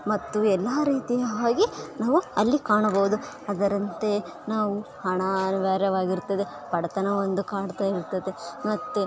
ಮತ್ತು ಎಲ್ಲಾ ರೀತಿಯಾಗಿ ನಾವು ಅಲ್ಲಿ ಕಾಣಬಹುದು ಅದರಂತೆ ನಾವು ಹಣ ಅನಿವಾರ್ಯವಾಗಿರ್ತದೆ ಬಡತನ ಒಂದು ಕಾಡ್ತಾ ಇರ್ತದೆ ಮತ್ತು